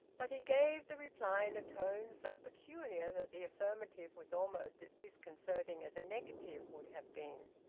but he gave the reply in a tone so peculiar that the affirmative was almost as disconcerting as a negative would have been.